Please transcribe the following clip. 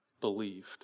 believed